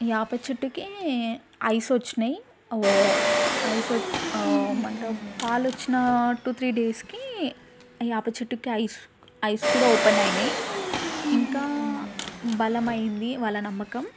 వేప చెట్టుకి ఐస్ వచ్చినాయి ఐస్ వచ్చి ఓ ఏమంట పాలొచ్చినా టూ త్రీ డేస్కి వేప చెట్టుకి ఐస్ ఐస్ కూడా ఓపెన్ అయినాయి ఇంకా బలమైంది వాళ్ళ నమ్మకం